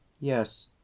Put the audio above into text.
Yes